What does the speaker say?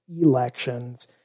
elections